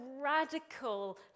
radical